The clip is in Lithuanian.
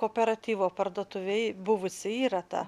kooperatyvo parduotuvė buvusi yra ta